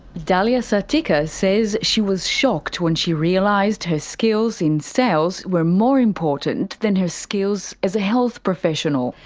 dahlia sartika says she was shocked when she realised her skills in sales were more important than her skills as a health professional.